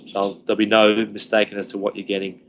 will be no mistakes in so what you're getting.